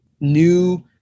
new